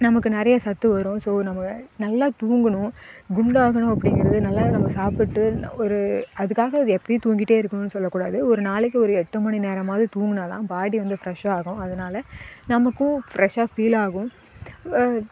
நமக்கு நிறைய சத்து வரும் ஸோ நம்ம நல்லா தூங்கணும் குண்டாகணும் அப்படிங்கறது நல்லா நம்ம சாப்பிட்டுட்டு ஒரு அதுக்காக எப்போயும் தூங்கிகிட்டே இருக்கணும்னு சொல்லக்கூடாது ஒரு நாளைக்கு ஒரு எட்டு மணி நேரமாவது தூங்கினா தான் பாடி வந்து ஃபிரஷ் ஆகும் அதனால நமக்கும் ஃபிரஷ்ஷாக ஃபீல் ஆகும்